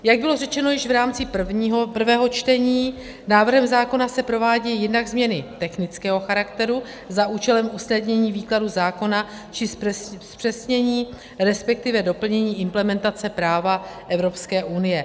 Jak bylo řečeno již v rámci prvého čtení, návrhem zákona se provádějí jednak změny technického charakteru za účelem usnadnění výkladu zákona či zpřesnění resp. doplnění implementace práva Evropské unie.